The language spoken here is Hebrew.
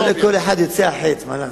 לא לכל אחד יוצא החי"ת, מה לעשות?